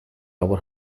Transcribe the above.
our